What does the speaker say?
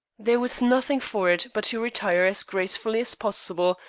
there was nothing for it but to retire as gracefully as possible,